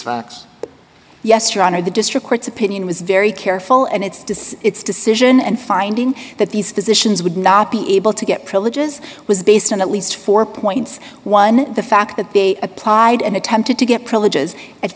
these yes your honor the district court's opinion was very careful and it's to see its decision and finding that these positions would not be able to get privileges was based on at least four points one the fact that they applied and attempted to get privileges at